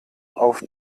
auf